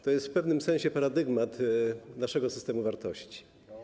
To jest w pewnym sensie paradygmat naszego systemu wartości.